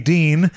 Dean